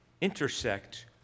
intersect